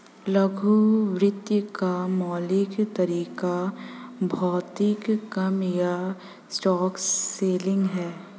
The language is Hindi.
लघु वित्त का मौलिक तरीका भौतिक कम या शॉर्ट सेलिंग है